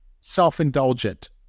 self-indulgent